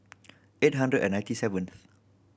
eight hundred and ninety seventh